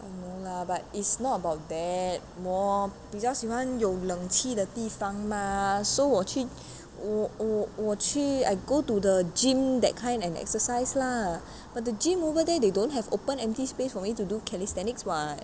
no lah but it's not about that more 比较喜欢有冷气的地方 mah so 我去我我我去 I go to the gym that kind and exercise lah but the gym over there they don't have open empty space for me to do calisthenics [what]